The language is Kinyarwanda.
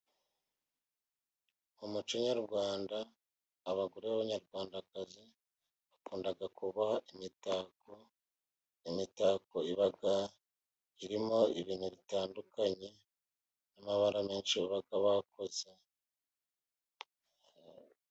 Mu mucyo nyarwanda, abagore b’Abanyarwandakazi bakunda kuboha imitako. Imitako iba irimo ibintu bitandukanye, n’amabara menshi baba bakoze.